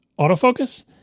autofocus